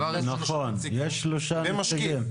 נכון, יש שלושה נציגים.